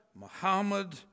Muhammad